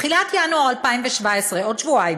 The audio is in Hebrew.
בתחילת ינואר 2017, עוד שבועיים,